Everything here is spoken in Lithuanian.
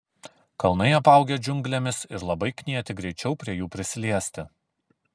kalnai apaugę džiunglėmis ir labai knieti greičiau prie jų prisiliesti